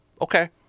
okay